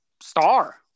star